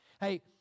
Hey